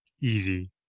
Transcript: easy